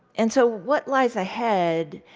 and so, what lies ahead